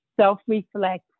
self-reflect